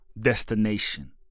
destination